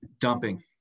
dumping